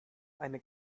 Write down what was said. eine